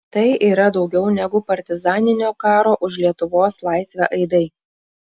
tai yra daugiau negu partizaninio karo už lietuvos laisvę aidai